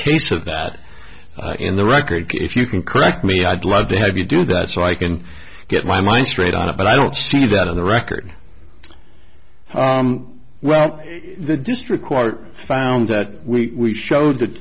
case of that in the record if you can correct me i'd love to have you do that so i can get my mind straight on it but i don't see that on the record well the district court found that we showed th